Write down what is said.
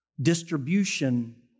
distribution